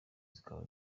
zikaba